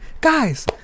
Guys